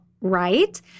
right